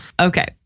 okay